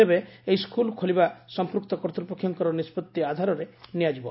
ତେବେ ଏହି ସ୍କୁଲ ଖୋଲିବା ସମ୍ମକ୍ତ କର୍ଭ୍ରପକ୍ଷଙ ନିଷ୍ବର୍ ଆଧାରରେ ନିଆଯିବ